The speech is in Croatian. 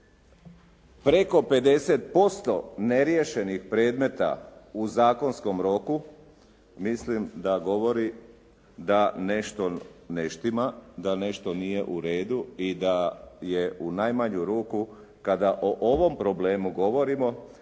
preko 50% neriješenih predmeta u zakonskom roku mislim da govori da nešto ne štima, da nešto nije u redu i da je u najmanju ruku kada o ovom problemu govorimo